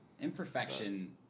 Imperfection